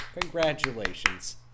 Congratulations